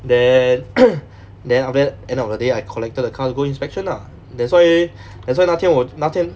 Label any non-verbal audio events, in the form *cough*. then *coughs* then after the end of the day I collected the car to go inspection lah that's why that's why 那天我那天